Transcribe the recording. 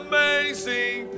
Amazing